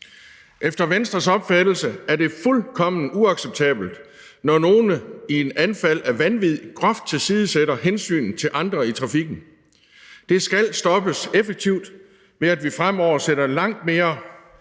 Efter Venstres opfattelse er det fuldkommen uacceptabelt, når nogle i et anfald af vanvid groft tilsidesætter hensynet til andre i trafikken. Det skal stoppes effektivt, ved at vi fremover sætter langt mere